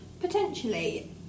Potentially